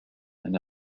and